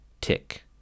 Tick